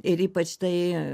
ir ypač tai